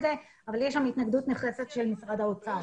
זה אבל יש התנגדות נחרצת של משרד האוצר.